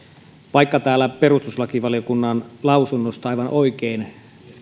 vaikka täällä perustuslakivaliokunnan lausunnosta aivan oikein